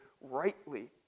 rightly